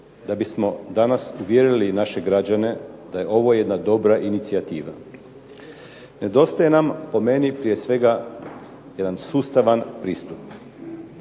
da bismo danas uvjerili naše građane da je ovo jedna dobra inicijativa. Nedostaje nam po meni prije svega jedan sustavan pristup.